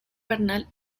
bernal